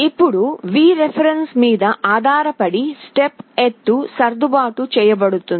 ఇప్పుడు V ref మీద ఆధారపడి స్టెప్ ఎత్తు సర్దుబాటు చేయబడుతుంది